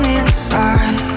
inside